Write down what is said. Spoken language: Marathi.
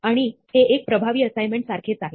आणि हे एक प्रभावी असाइनमेंट सारखेच आहे